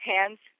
hands